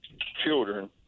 children